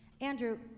Andrew